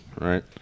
right